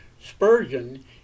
Spurgeon